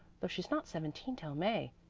though she's not seventeen till may.